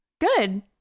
Good